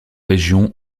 région